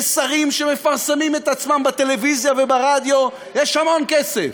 לשרים שמפרסמים את עצמם בטלוויזיה וברדיו יש המון כסף,